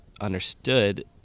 understood